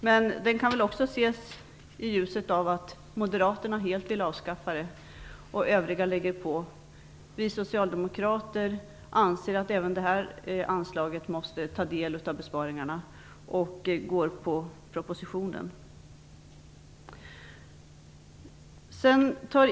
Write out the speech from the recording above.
Men den kan också ses i ljuset av moderaternas förslag att helt avskaffa anslaget. Övriga partier lägger på. Vi socialdemokrater anser att även detta anslag måste ta del av besparingarna och går på propositionens förslag.